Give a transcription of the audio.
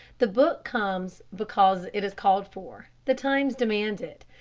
the book comes because it is called for the times demand it.